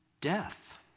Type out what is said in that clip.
death